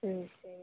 ம் சரி ஓகே